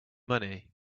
money